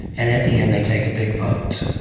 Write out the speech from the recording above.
and at the end, they take a big vote,